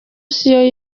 siyo